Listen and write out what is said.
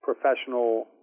professional